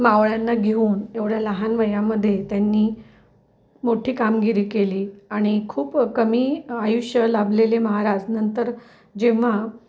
मावळ्यांना घेऊन एवढ्या लहान वयामध्ये त्यांनी मोठी कामगिरी केली आणि खूप कमी आयुष्य लाभलेले महाराजनंतर जेव्हा